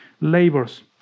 labors